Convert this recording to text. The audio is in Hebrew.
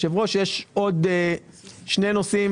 שיש עוד שני נושאים